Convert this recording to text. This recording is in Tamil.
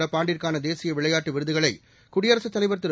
நடப்பாண்டுக்கான தேசிய விளையாட்டு விருதுகளை குடியரசுத் தலைவர் திரு